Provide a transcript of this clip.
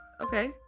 Okay